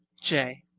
j.